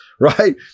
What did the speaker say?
right